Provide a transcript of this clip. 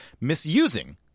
misusing